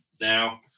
Now